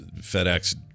FedEx